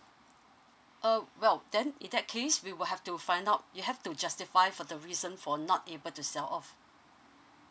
oh okay then in that case we will have to find out you have to justify for the reason for not able to sell off